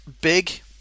big